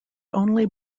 only